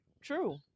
True